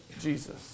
Jesus